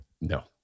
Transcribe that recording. No